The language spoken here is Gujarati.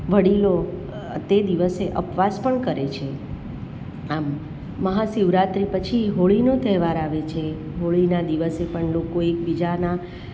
વડીલો તે દિવસે ઉપવાસ પણ કરે છે આમ મહાશિવરાત્રિ પછી હોળીનો તહેવાર આવે છે હોળીના દિવસે પણ લોકો એકબીજાના